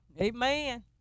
Amen